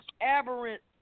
aberrant